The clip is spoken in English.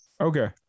Okay